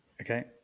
okay